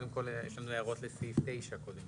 יש לנו הערות לסעיף 9 קודם כל.